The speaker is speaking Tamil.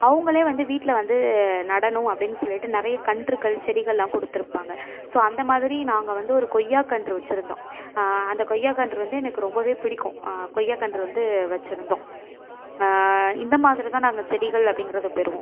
அவங்களே வந்து வீட்டில் வந்து நடணும் அப்படின்னு சொல்லிட்டு நிறைய கன்றுக்கள் செடிகளெலாம் கொடுத்துருப்பாங்க ஸோ அந்தமாதிரி நாங்கள் வந்து ஒரு கொய்யா கன்று வச்சுருந்தோம் அந்த கொய்யா கன்று வந்து எனக்கு ரொம்பவே பிடிக்கும் கொய்யா கன்று வந்து வச்சுருந்தோம் இந்தமாதிரி தான் நாங்கள் செடிகள் அப்படிங்கிறது பெறுவோம்